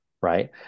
right